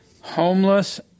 homeless